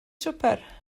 swper